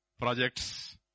Projects